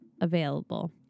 available